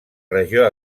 regió